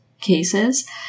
cases